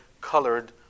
colored